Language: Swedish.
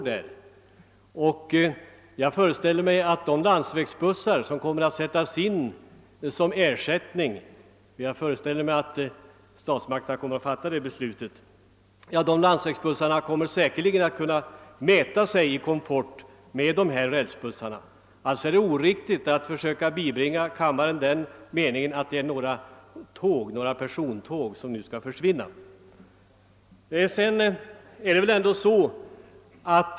De ersättningsbussar, som jag skulle föreställa mig att statsmakterna kommer att fatta beslut om, kommer säkerligen att mäta sig i komfort med de nuvarande rälsbussarna. Det är alltså inte riktigt att försöka bibringa kammarens ledamöter den föreställningen att det är några persontåg som nu kommer att dras in.